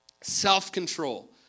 self-control